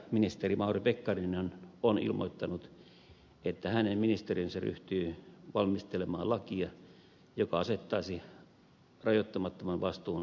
energiaministeri mauri pekkarinen on ilmoittanut että hänen ministeriönsä ryhtyy valmistelemaan lakia joka asettaisi rajoittamattoman vastuun ydinvoimayhtiöille